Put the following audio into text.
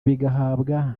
bigahabwa